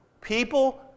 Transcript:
people